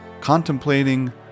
contemplating